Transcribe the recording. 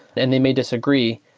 and they may disagree,